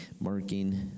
marking